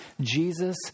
Jesus